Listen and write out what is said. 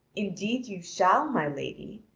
indeed you shall, my lady,